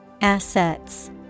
Assets